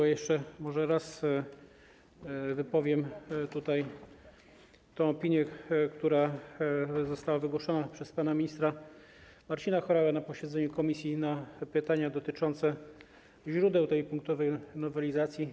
Może jeszcze raz wypowiem tutaj tę opinię, która została wygłoszona przez pana ministra Marcina Horałę na posiedzeniu komisji, w odpowiedzi na pytania dotyczące źródeł tej punktowej nowelizacji.